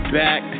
back